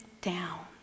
down